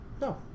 No